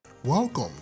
Welcome